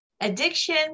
Addiction